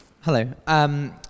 Hello